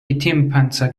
chitinpanzer